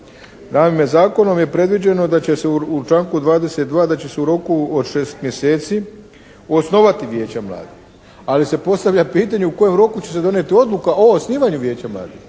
Naime zakonom je predviđeno da će se u članku 22., da će se u roku od 6 mjeseci osnovati vijeća mladih. Ali se postavlja pitanje u kojem roku će se donijeti odluka o osnivanju vijeća mladih.